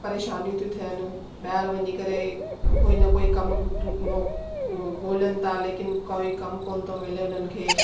परेशानियूं थी थियनि ॿाहिरि वञी करे कोई न कोई कमु ॻोल्हनि था लेकिन कोई कमु कोन्ह थो मिले हुननि खे